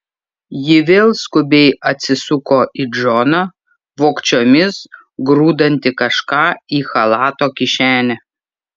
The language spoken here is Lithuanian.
ji vėl skubiai atsisuko į džoną vogčiomis grūdantį kažką į chalato kišenę